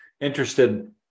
interested